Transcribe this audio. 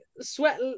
sweat